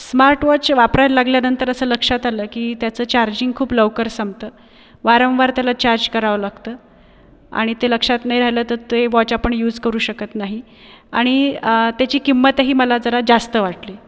smart watch वापरायला लागल्यानंतर असं लक्षात आलं की त्याचं चार्जिंग खूप लवकर संपतं वारंवार त्याला चार्ज करावं लागतं आणि ते लक्षात नाही राहिलं तर ते वॉच आपण यूज करू शकत नाही आणि त्याची किंमतही मला जरा जास्त वाटली